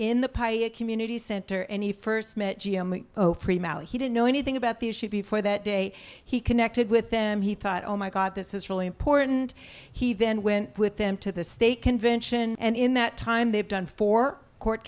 in the pi a community center any first met he didn't know anything about the issue before that day he connected with them he thought oh my god this is really important he then went with them to the state convention and in that time they've done for court